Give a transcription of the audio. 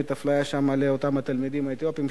כלפי תלמידים אתיופים,